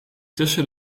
tussen